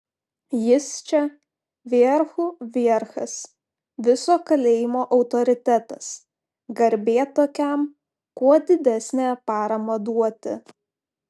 jis čia vierchų vierchas viso kalėjimo autoritetas garbė tokiam kuo didesnę paramą duoti